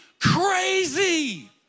crazy